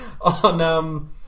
on